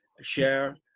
share